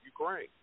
Ukraine